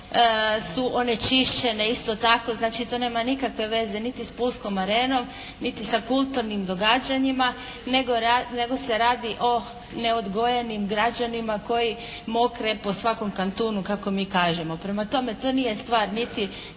su onečišćene isto tako, znači to nema nikakve veze niti sa pulskom Arenom niti sa kulturnim događanjima nego se radi o neodgojenim građanima koji mokre po svakom kantunu kako mi kažemo. Prema tome, to nije stvar niti